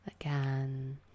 Again